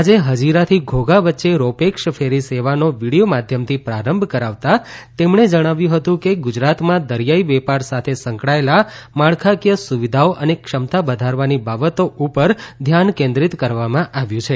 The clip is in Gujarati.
આજે હજીરાથી ધોધા વચ્ચે રોપેક્ષ ફેરી સેવાનો વિડીયો માધ્યમથી પ્રારંભ કરાવતા તેમણે જણાવ્યું હતું કે ગુજરાતમાં દરિયાઇ વેપાર સાથે સંકળાયેલ માળખાકીય સુવિધાઓ અને ક્ષમતા વધારવાની બાબતો ઉપર ધ્યાન કેન્દ્રિત કરવામાં આવ્યું છે